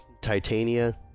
titania